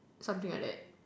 something like that